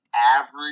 average